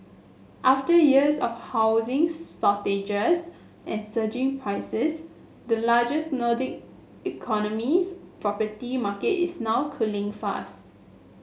after years of housing shortages and surging prices the largest Nordic economy's property market is now cooling fast